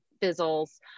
fizzles